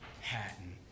Hatton